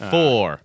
Four